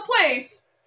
place